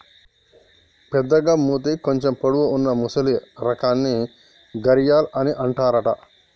పెద్దగ మూతి కొంచెం పొడవు వున్నా మొసలి రకాన్ని గరియాల్ అని అంటారట